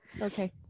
Okay